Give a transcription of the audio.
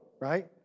Right